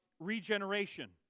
Regeneration